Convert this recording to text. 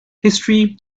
history